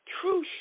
true